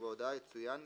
ובהודעה יצויין,